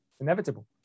inevitable